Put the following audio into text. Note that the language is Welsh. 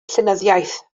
llenyddiaeth